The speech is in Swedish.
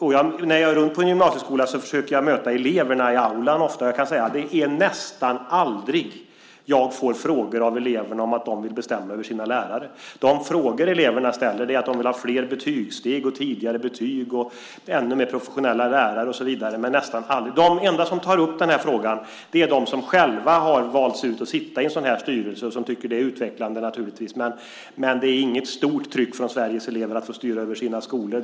När jag går runt på en gymnasieskola försöker jag möta eleverna, ofta i aulan. Men jag kan säga att jag nästan aldrig får frågor från eleverna som handlar om att de vill bestämma över sina lärare. De frågor eleverna ställer är frågor om att de vill ha flera betygssteg, tidigare betyg, ännu mer professionella lärare och så vidare. De enda som tar upp den här frågan är de som själva har valts ut att sitta med i en sådan här styrelse och som naturligtvis tycker att det är utvecklande. Men det finns inget stort tryck från Sveriges elever att få styra över sina skolor.